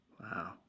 Wow